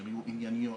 שהיו ענייניות,